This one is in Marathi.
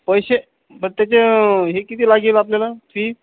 पैसे बरं त्याच्या हे किती लागेल आपल्याला फी